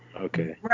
Okay